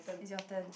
is your turn